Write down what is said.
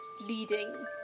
leading